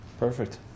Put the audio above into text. Perfect